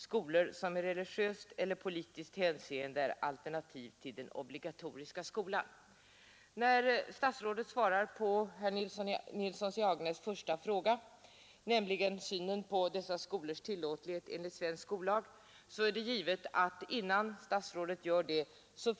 Skolor som i religiöst eller politiskt hänseende är alternativ till den obligatoriska skolan”. När statsrådet svarar på herr Nilssons i Agnäs första fråga om synen på enskildas skolors tillåtlighet enligt svensk skollag, har han givetvis en grund för sitt svar.